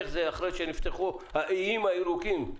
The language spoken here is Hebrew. אחרי שנפתחו האיים הירוקים.